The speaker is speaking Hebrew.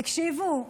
תקשיבו,